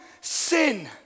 sin